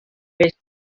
peix